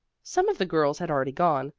some of the girls had already gone,